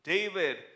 David